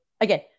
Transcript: again